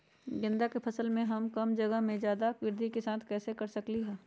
गेंदा के खेती हम कम जगह में ज्यादा वृद्धि के साथ कैसे कर सकली ह?